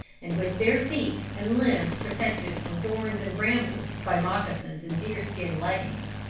and with their feet and limbs protected from thorns and brambles by moccasins and deerskin leggins.